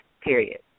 period